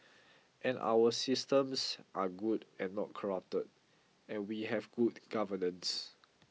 and our systems are good and not corrupt and we have good governance